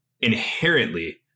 inherently